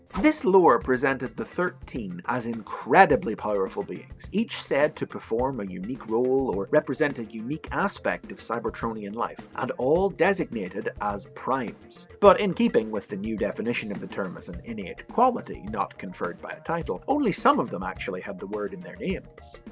this lore presented the thirteen as incredibly powerful beings, each said to perform a and unique role, or represent a unique aspect of cybertronian life, and all designated as primes, but in-keeping with the new definition of the term as an innate quality not conferred by a title, only some of them actually had the word in their names.